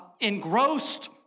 engrossed